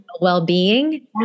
well-being